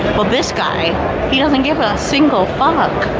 well this guy he doesnt give a single fuck,